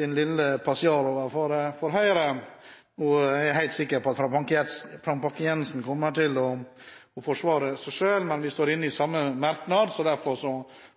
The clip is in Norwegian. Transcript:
lille passiar med Høyre. Jeg er helt sikker på at Frank Bakke-Jensen kommer til å forsvare seg selv, men vi er med i samme merknad, derfor